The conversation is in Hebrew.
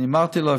אמרתי לו,